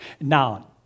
Now